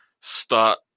start